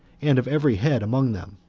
and of every head among them.